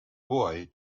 boy